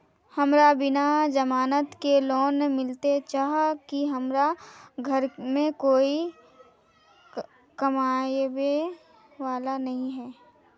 हमरा बिना जमानत के लोन मिलते चाँह की हमरा घर में कोई कमाबये वाला नय है?